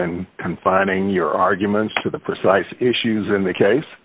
in confining your arguments to the precise issues in the case